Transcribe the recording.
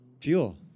Fuel